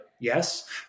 yes